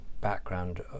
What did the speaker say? background